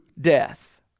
death